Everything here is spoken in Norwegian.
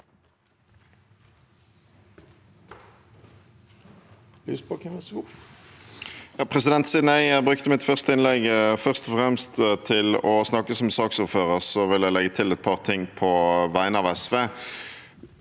Siden jeg brukte mitt første innlegg først og fremst til å snakke som saksordfører, vil jeg legge til et par ting på vegne av SV.